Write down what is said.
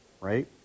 right